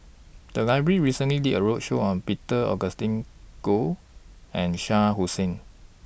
The Library recently did A roadshow on Peter Augustine Goh and Shah Hussain